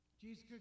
Jesus